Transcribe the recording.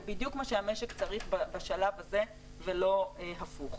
זה בדיוק מה שהמשק צריך בשלב הזה ולא הפוך.